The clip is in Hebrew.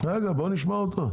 בוא נשמע אותו.